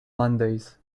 mondays